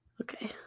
okay